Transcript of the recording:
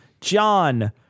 John